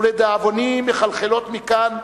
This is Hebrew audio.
ולדאבוני מחלחלות מכאן,